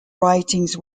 writings